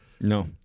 no